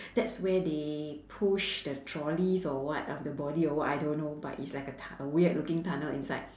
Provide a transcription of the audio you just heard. that's where they push the trolleys or what of the body or what I don't know but it's like tu~ a weird looking tunnel inside